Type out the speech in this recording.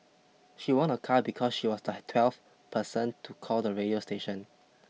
she won a car because she was the twelfth person to call the radio station